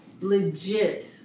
legit